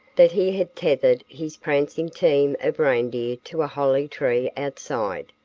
that he had tethered his prancing team of reindeer to a holly tree outside.